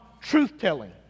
truth-telling